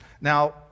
Now